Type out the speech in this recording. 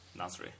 Nasri